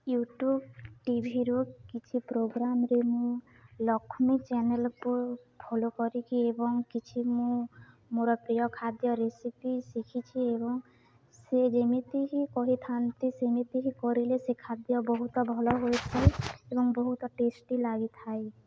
YouTube ଟିଭିରୁ କିଛି ପ୍ରୋଗ୍ରାମ୍ରେ ମୁଁ ଲକ୍ଷ୍ମୀ ଚ୍ୟାନେଲ୍କୁ ଫଲୋ କରିକି ଏବଂ କିଛି ମୁଁ ମୋର ପ୍ରିୟ ଖାଦ୍ୟ ରେସିପି ଶିଖିଛି ଏବଂ ସେ ଯେମିତି ହିଁ କହିଥାନ୍ତି ସେମିତି ହିଁ କରିଲେ ସେ ଖାଦ୍ୟ ବହୁତ ଭଲ ହୋଇଥାଏ ଏବଂ ବହୁତ ଟେଷ୍ଟି ଲାଗିଥାଏ